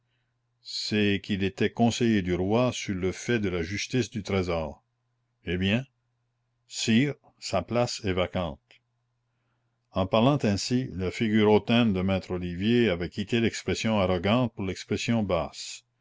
c'est qu'il était conseiller du roi sur le fait de la justice du trésor eh bien sire sa place est vacante en parlant ainsi la figure hautaine de maître olivier avait quitté l'expression arrogante pour l'expression basse